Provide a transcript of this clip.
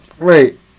Wait